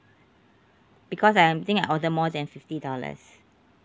because I'm thinking of order more than fifty dollars